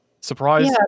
surprise